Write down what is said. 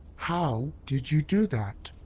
how did you do that?